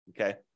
okay